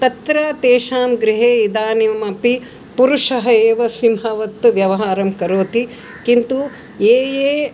तत्र तेषां गृहे इदानीम् अपि पुरुषः एव सिंहवत् व्यवहारं करोति किन्तु ये ये